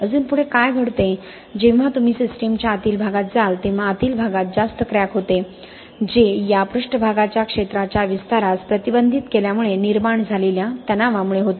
अजून पुढे काय घडते जेव्हा तुम्ही सिस्टीमच्या आतील भागात जाल तेव्हा आतील भागात जास्त क्रॅक होते जे या पृष्ठभागाच्या क्षेत्राच्या विस्तारास प्रतिबंधित केल्यामुळे निर्माण झालेल्या तणावामुळे होते